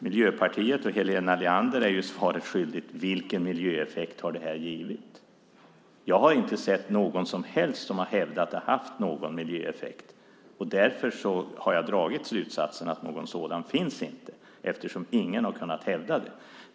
Miljöpartiet och Helena Leander är ju svaret skyldiga när det gäller vilken miljöeffekt detta har givit. Jag har inte hört någon hävda att det haft någon miljöeffekt. Eftersom ingen har kunnat hävda det har jag dragit slutsatsen att någon sådan inte finns.